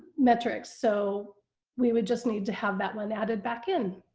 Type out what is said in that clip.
metrics, so we would just need to have that one added back in.